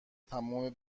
تمام